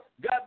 God